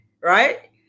Right